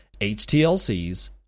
HTLCs